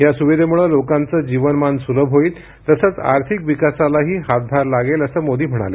या सुविधेमुळे लोकांचं जीवनमान सुलभ होईल तसंच आर्थिक विकासालाही हातभार लागेल असं मोदी म्हणाले